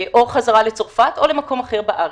או חזרה לצרפת או למקום אחר בארץ.